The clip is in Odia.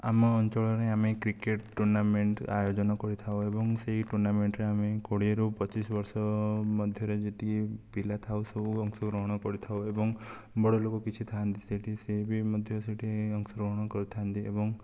ଆମ ଅଞ୍ଚଳରେ ଆମେ କ୍ରିକେଟ ଟୁର୍ଣ୍ଣାମେଣ୍ଟ ଆୟୋଜନ କରିଥାଉ ଏବଂ ସେହି ଟୁର୍ଣ୍ଣାମେଣ୍ଟରେ ଆମେ କୋଡ଼ିଏରୁ ପଚିଶ ବର୍ଷ ମଧ୍ୟରେ ଯେତିକି ପିଲା ଥାଉ ସବୁ ଅଂଶ ଗ୍ରହଣ କରିଥାଉ ଏବଂ ବଡ଼ ଲୋକ କିଛି ଥାନ୍ତି ସେଇଠି ସେ ବି ମଧ୍ୟ ସେଇଠି ଅଂଶଗ୍ରହଣ କରିଥାନ୍ତି ଏବଂ